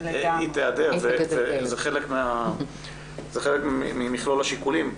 היא תיעדר וזה חלק ממכלול השיקולים.